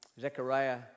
Zechariah